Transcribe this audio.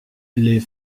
les